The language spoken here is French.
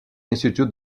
institute